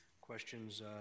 questions